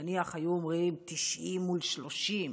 נניח היו אומרים 90 מול 30,